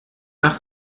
nach